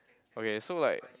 okay so like